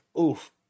oof